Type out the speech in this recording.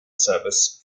service